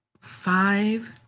five